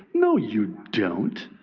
no, you don't.